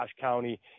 County